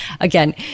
Again